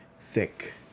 thick